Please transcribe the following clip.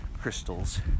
crystals